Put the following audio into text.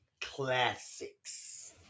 Classics